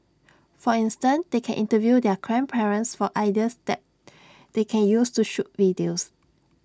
for instance they can interview their grandparents for ideas that they can use to shoot videos